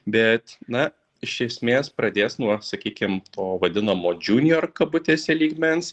bet na iš esmės pradės nuo sakykim to vadinamo džiunijor kabutėse lygmens